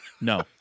No